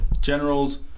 generals